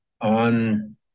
On